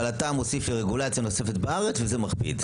אבל אתה מוסיף רגולציה נוספת בארץ וזה מכביד.